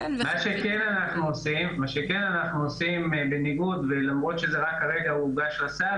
מה שכן אנחנו עושים למרות שזה רק עכשיו הוגש לסל,